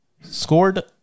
scored